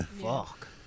fuck